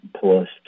plus